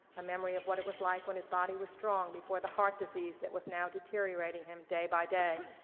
a memory of what it was like when his body was strong, before the heart disease that was now deteriorating him day by day.